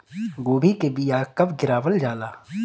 गोभी के बीया कब गिरावल जाला?